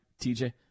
TJ